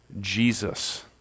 Jesus